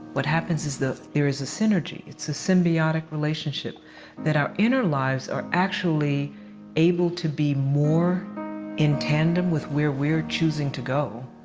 what happens is that there is a synergy it's a symbiotic relationship that our inner lives are actually able to be more in tandem with where we're choosing to go,